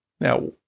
Now